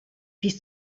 bis